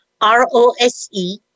R-O-S-E